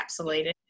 encapsulated